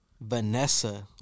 Vanessa